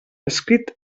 escrit